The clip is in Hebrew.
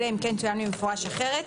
אלא אם כן צוין במפורש אחרת.